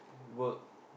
work